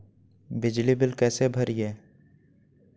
बिजली बिल कैसे भरिए?